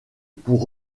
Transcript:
pour